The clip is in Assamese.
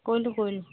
কৰিলোঁ কৰিলোঁ